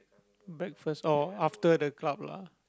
breakfast oh after the club lah